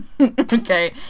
okay